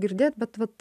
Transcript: girdėt bet vat